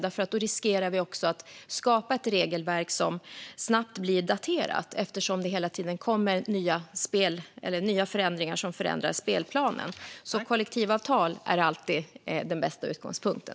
Då riskerar vi att skapa ett regelverk som snabbt blir daterat, eftersom det hela tiden kommer nya förändringar som ändrar spelplanen. Kollektivavtal är alltid den bästa utgångspunkten.